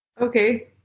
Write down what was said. okay